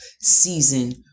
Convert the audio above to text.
season